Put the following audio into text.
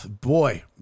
boy